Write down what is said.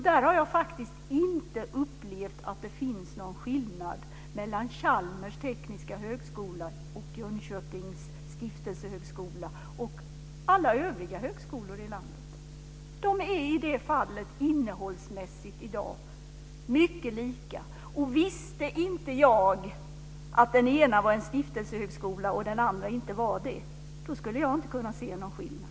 Där har jag faktiskt inte upplevt att det finns någon skillnad mellan Chalmers tekniska högskola och Jönköpings stiftelsehögskola och alla övriga högskolor i landet. De är i det fallet innehållsmässigt i dag mycket lika. Visste inte jag att den ena var en stiftelsehögskola och att den andra inte var det skulle jag inte kunna se någon skillnad.